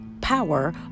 power